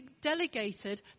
delegated